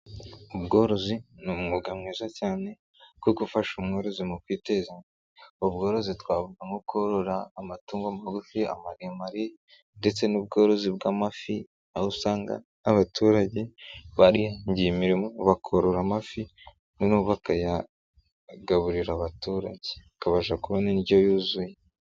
Ubworozi ni umwuga mwiza cyane wo gufasha umworozi mu kwiteza imbere. Ubworozi twavugamo korora amatungo magufi amaremare, ndetse n'ubworozi bw'amafi aho usanga abaturage barihangiye bakorora amafi, noneho bakayagaburira abaturage, bakabasha kubona indyo yuzuye.